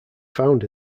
found